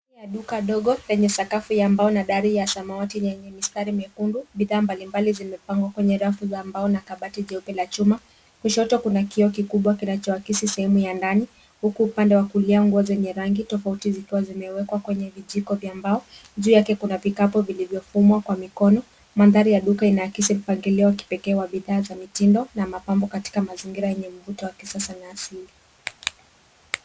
Ndani ya duka dogo lenye sakafu ya mbao na dari ya samawati yenye mistari mekundu. Bidhaa mbalimbali zimepangwa kwenye rafu za mbao na kabati jeupe la chuma. Kushoto kuna kioo kikubwa kinachoakisi sehemu ya ndani huku upande wa kulia nguo zenye rangi tofauti zikiwa zimewekwa kwenye vijiko vya mbao. Juu yake kuna vikapu vilivyofumwa kwa mikono. Mandhari ya duka inaakisi mpangilio wa kipekee wa bidhaa za mitindo na mapambo katika mazingira yenye mvuto wa kisasa na asili.